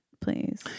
please